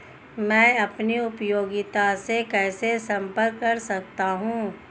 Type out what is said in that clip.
मैं अपनी उपयोगिता से कैसे संपर्क कर सकता हूँ?